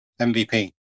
MVP